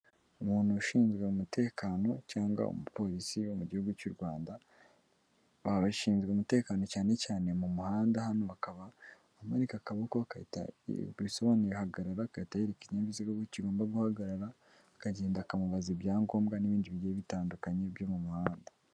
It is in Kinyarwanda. Umuntu ushinzwe umutekano cyangwa umupolisi wo mu gihugu cy'u Rwanda, baba bashinzwe umutekano cyane cyane mu muhanda hano bakaba bamanika akaboko bisobanuye hagarara, agahita yereka ikinkinyabiziga aho kigomba guhagarara, akagenda akamubaza ibyangombwa n'ibindi bigiye bitandukanye byo mu muhanda.